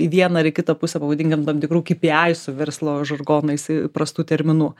į vieną ar į kitą pusę pavadinkim tam tikrų kypyaisų verslo žargonais įprastų terminų